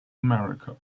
america